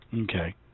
Okay